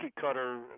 cutter